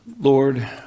Lord